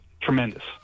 tremendous